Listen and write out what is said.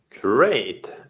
Great